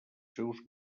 seus